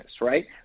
right